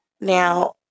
Now